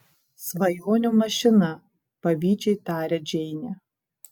svajonių mašina pavydžiai taria džeinė